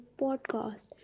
Podcast